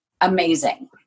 amazing